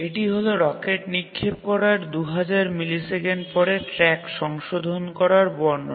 এটি হল রকেট নিক্ষেপ করার ২000 মিলিসেকেন্ড পরে ট্র্যাক সংশোধন করার বর্ণনা